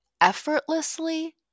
effortlessly